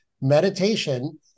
meditation